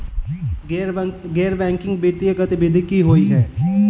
गैर बैंकिंग वित्तीय गतिविधि की होइ है?